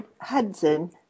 Hudson